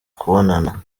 kubonana